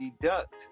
deduct